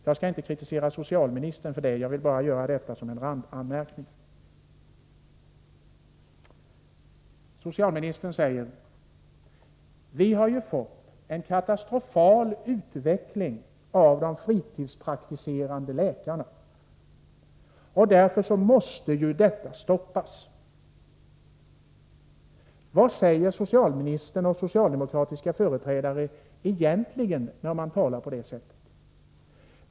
Jag skall inte kritisera socialministern för det; jag vill bara säga detta som en randanmärkning. Socialministern säger: Vi har ju fått en katastrofal utveckling när det gäller de fritidspraktiserande läkarna. Därför måste de stoppas. Vad säger socialministern och socialdemokratiska företrädare egentligen när man talar på det sättet?